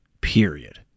Period